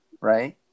right